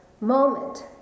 moment